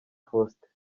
faustin